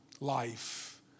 life